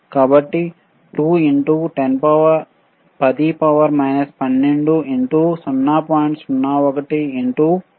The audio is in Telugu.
కాబట్టి 2 ఇన్ టూ 10 12ఇన్ టూ 0